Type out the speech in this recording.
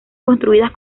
construidas